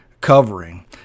covering